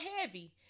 heavy